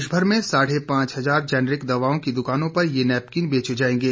देश भर में साढ़े पांच हजार जैनरिक दवाओं की दुकानों पर ये नैपकिन बेचे जाएंगे